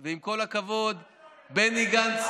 ועם כל הכבוד, בני גנץ,